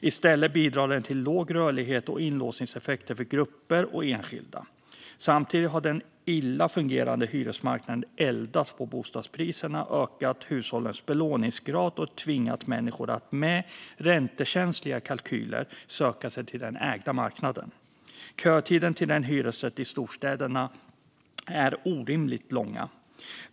I stället bidrar den till låg rörlighet och inlåsningseffekter för grupper och enskilda. Samtidigt har den illa fungerande hyresmarknaden eldat på bostadspriserna, ökat hushållens belåningsgrad och tvingat människor att, med räntekänsliga kalkyler, söka sig till den ägda marknaden. Kötiden till en hyresrätt i storstäderna är orimligt lång.